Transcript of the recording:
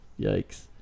yikes